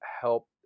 help